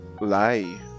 lie